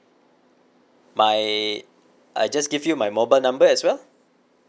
my I just give you my mobile number as well